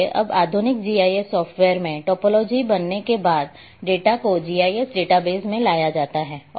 इसलिए अब आधुनिक जीआईएस सॉफ्टवेयर में टोपोलॉजी बनने के बाद डेटा को जीआईएस डेटाबेस में लाया जाता है